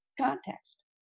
context